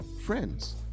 friends